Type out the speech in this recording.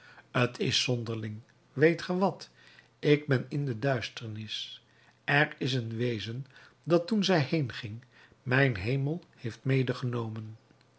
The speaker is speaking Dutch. t is zonderling weet ge wat ik ben in de duisternis er is een wezen dat toen zij heenging mijn hemel heeft medegenomen